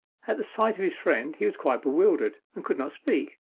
at sight of his friend he was quite bewildered, and could not speak.